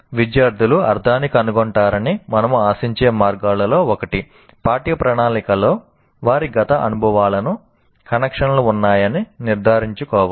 విద్యార్థులు అర్థాన్ని కనుగొంటారని మనము ఆశించే మార్గాలలో ఒకటి పాఠ్యప్రణాళికలో వారి గత అనుభవాలకు కనెక్షన్లు ఉన్నాయని నిర్ధారించుకోవాలి